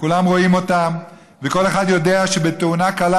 כולם רואים אותם וכל אחד יודע שבתאונה קלה,